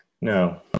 No